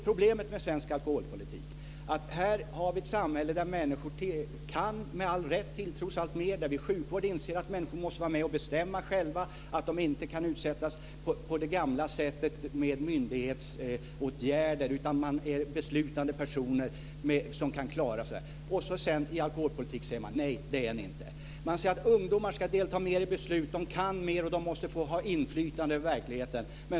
Problemet med svensk alkoholpolitik är att vi har ett samhälle där människor med all rätt kan tilltros alltmer, där vi inom sjukvården inser att människor måste få vara med och bestämma själva, att de inte kan utsättas på det gamla sättet för myndighetsåtgärder utan är beslutande personer som kan klara det men där vi i alkoholpolitiken säger: Nej, det är ni inte. Man säger att ungdomar ska delta mer i besluten, de kan mera, de måste få ha inflytande över verkligheten.